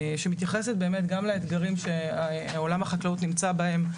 שמתייחסת באמת גם לאתגרים שעולם החקלאות נמצא בהם,